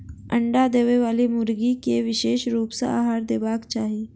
अंडा देबयबाली मुर्गी के विशेष रूप सॅ आहार देबाक चाही